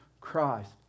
Christ